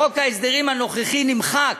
בחוק ההסדרים הנוכחי, זה נמחק.